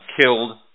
Killed